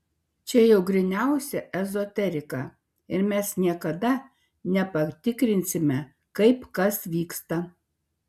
čia jau gryniausia ezoterika ir mes niekada nepatikrinsime kaip kas vyksta